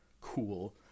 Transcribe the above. cool